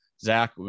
Zach